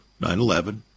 9-11